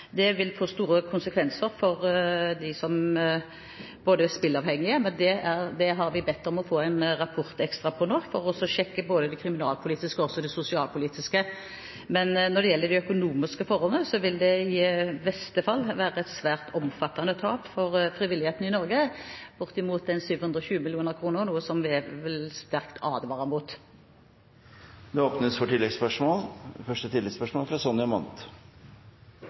Det vil få store konsekvenser for dem som er spilleavhengige – det har vi bedt om å få en ekstra rapport på nå, for å sjekke både det kriminalpolitiske og det sosialpolitiske – men når det gjelder de økonomiske forholdene, så vil det i verste fall være et svært omfattende tap for frivilligheten i Norge, bortimot 720 mill. kr, noe vi vil advare sterkt imot. Det åpnes for oppfølgingsspørsmål – Sonja Mandt. Vi registrerer at regjeringa og statsråden er